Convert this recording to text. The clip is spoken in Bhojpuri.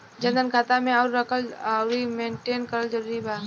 जनधन खाता मे पईसा रखल आउर मेंटेन करल जरूरी बा?